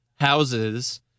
houses